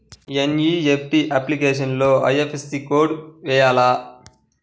NEFT అప్లికేషన్లో IFSC code వేయాలా?